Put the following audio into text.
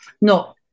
No